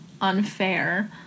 unfair